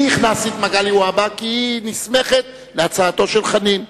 אני הכנסתי את הצעת מגלי והבה כי היא נסמכת להצעתו של חנין.